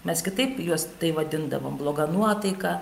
mes kitaip juos tai vadindavom bloga nuotaika